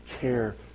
care